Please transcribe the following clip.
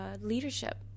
leadership